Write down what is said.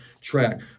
track